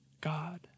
God